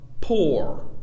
poor